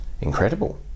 incredible